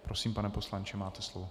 Prosím, pane poslanče, máte slovo.